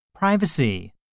Privacy